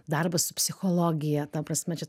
darbas su psichologija ta prasme čia